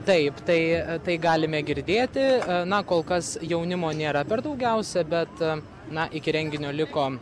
taip tai tai galime girdėti na kol kas jaunimo nėra per daugiausia bet na iki renginio liko